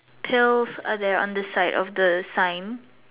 pills are there on the side of the sign